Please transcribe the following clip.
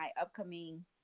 upcoming